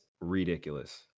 ridiculous